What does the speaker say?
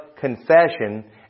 confession